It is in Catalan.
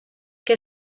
què